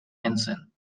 ensign